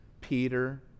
Peter